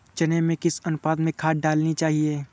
चने में किस अनुपात में खाद डालनी चाहिए?